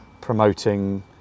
promoting